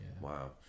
wow